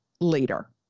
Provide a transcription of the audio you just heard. later